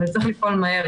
אבל צריך לפעול מהר,